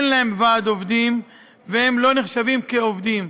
אין להם ועד עובדים והם לא נחשבים כעובדים.